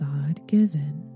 God-given